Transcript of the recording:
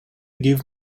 give